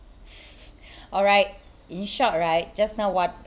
alright in short right just now what